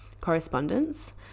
correspondence